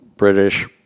British